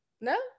No